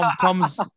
Tom's